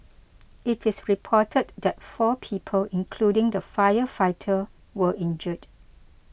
it is reported that four people including the firefighter were injured